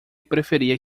preferia